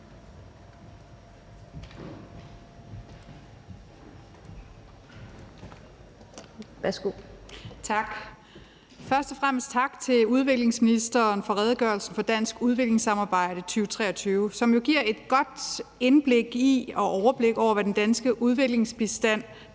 Tak. Først og fremmest tak til udviklingsministeren for redegørelsen for dansk udviklingssamarbejde i 2023, som jo giver et godt indblik i og overblik over, hvad den danske udviklingsbistand